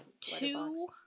two